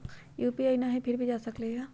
UPI न हई फिर भी जा सकलई ह?